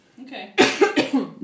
okay